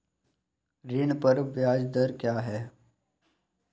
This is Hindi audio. ऋण पर ब्याज दर क्या है?